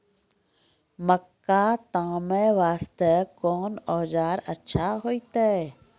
मक्का तामे वास्ते कोंन औजार अच्छा होइतै?